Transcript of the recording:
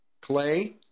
clay